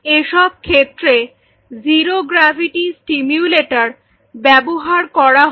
এসব ক্ষেত্রে zero gravity stimulator ব্যবহার করা হয়